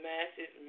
Masses